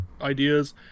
ideas